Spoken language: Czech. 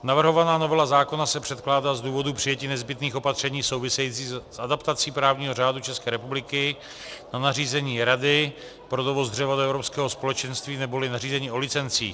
Navrhovaná novela zákona se předkládá z důvodu přijetí nezbytných opatření souvisejících s adaptací právního řádu České republiky na nařízení Rady pro dovoz dřeva do Evropského společenství neboli nařízení o licencích.